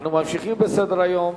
אנחנו ממשיכים בסדר-היום,